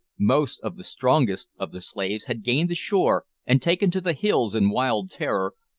most of the strongest of the slaves had gained the shore and taken to the hills in wild terror,